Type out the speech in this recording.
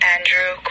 Andrew